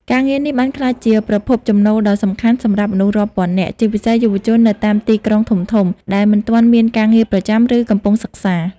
ការងារនេះបានក្លាយជា ប្រភពចំណូលដ៏សំខាន់ សម្រាប់មនុស្សរាប់ពាន់នាក់ ជាពិសេសយុវជននៅតាមទីក្រុងធំៗ ដែលមិនទាន់មានការងារប្រចាំ ឬកំពុងសិក្សា។